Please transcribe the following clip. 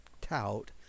tout